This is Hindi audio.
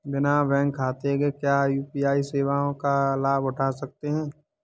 बिना बैंक खाते के क्या यू.पी.आई सेवाओं का लाभ उठा सकते हैं?